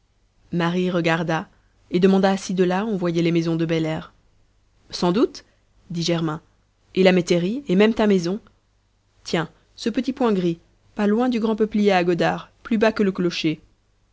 marie regarda et demanda si de là on voyait les maisons de belair sans doute dit germain et la métairie et même ta maison tiens ce petit point gris pas loin du grand peuplier à godard plus bas que le clocher